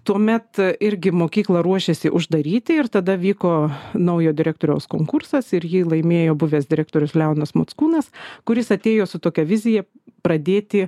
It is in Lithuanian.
tuomet irgi mokyklą ruošėsi uždaryti ir tada vyko naujo direktoriaus konkursas ir jį laimėjo buvęs direktorius leonas mockūnas kuris atėjo su tokia vizija pradėti